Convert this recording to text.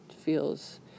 feels